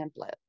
template